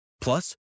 Plus